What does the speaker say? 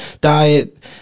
Diet